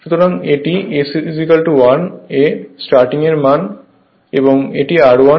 সুতরাং এটি S 1 এ স্টার্টিং এর মান